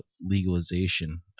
legalization